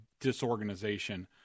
disorganization